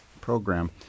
program